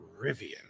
Rivian